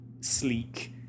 sleek